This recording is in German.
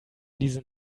diesen